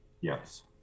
Yes